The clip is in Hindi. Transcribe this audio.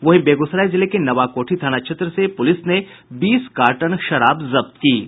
वहीं बेगूसराय जिले के नवाकोठी थाना क्षेत्र से पुलिस ने बीस कार्टन शराब जब्त की है